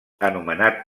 anomenat